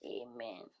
Amen